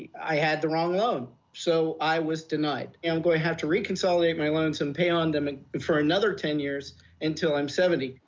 i had the wrong loan. so i was denied. and i'm going to have to re-consolidate my loans and pay on them for another ten years until i'm seventy.